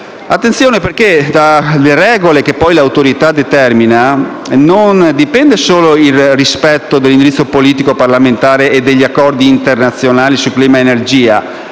Attenzione, perché dalle regole che l'Autorità determina non dipende solo il rispetto dell'indirizzo politico parlamentare e degli accordi internazionali su clima e energia